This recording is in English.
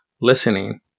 listening